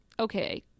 Okay